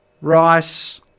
rice